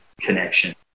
connection